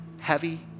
heavy